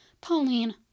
Pauline